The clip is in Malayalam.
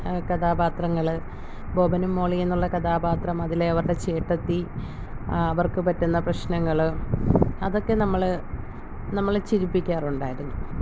കഥാപാത്രങ്ങൾ ബോബനും മോളിയും എന്നുള്ള കഥാപാത്രം അതിലെ അവരുടെ ചേട്ടത്തി അവർക്ക് പറ്റുന്ന പ്രശ്നങ്ങൾ അതൊക്കെ നമ്മൾ നമ്മളെ ചിരിപ്പിക്കാറുണ്ടായിരുന്നു